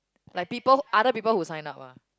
like people other who people sign up ah